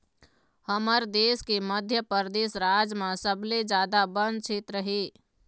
हमर देश के मध्यपरेदस राज म सबले जादा बन छेत्र हे